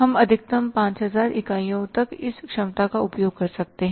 हम अधिकतम 5000 इकाइयों तक इस क्षमता का उपयोग कर सकते हैं